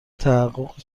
تحقق